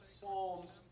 Psalms